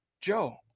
Joe